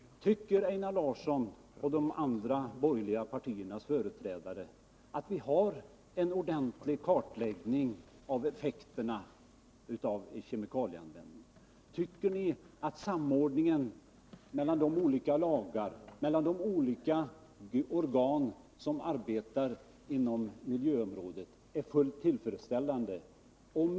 Tycker Einar Larsson och de andra företrädarna för de borgerliga partierna att vi har en ordentlig kartläggning av effekterna av kemikalieanvändningen? Tycker ni att samordningen mellan de olika organ som arbetar inom miljöområdet är fullt tillfredsställande?